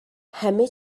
همه